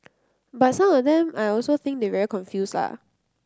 but some of them I also think they very confuse la